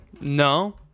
No